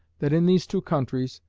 that in these two countries,